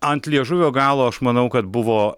ant liežuvio galo aš manau kad buvo